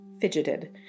Fidgeted